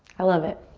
i love it.